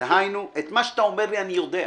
דהיינו, את מה שאתה אומר לי אני יודע.